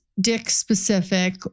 dick-specific